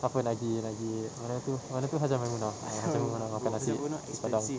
apa lagi lagi mana tu mana tu hajjah maimunah hajjah maimunah makan nasi padang